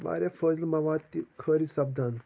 واریاہ فٲضل مواد تہِ خٲرِج سَپدان